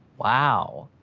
wow,